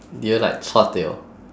did you like chua tio